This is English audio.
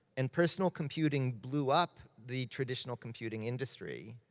and personal computing blew up the traditional computing industry.